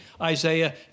Isaiah